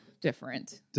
different